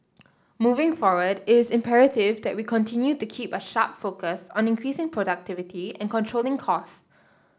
moving forward is imperative that we continue to keep a sharp focus on increasing productivity and controlling cost